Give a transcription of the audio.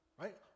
right